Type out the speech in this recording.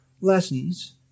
lessons